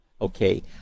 Okay